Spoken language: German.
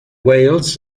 wales